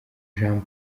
jean